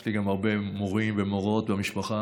יש לי גם הרבה מורים ומורות וגננות במשפחה,